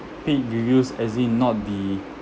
peak you used as in not the